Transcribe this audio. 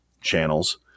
channels